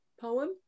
poem